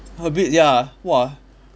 a bit ya !wah!